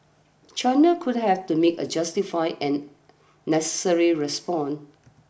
China would have to make a justified and necessary response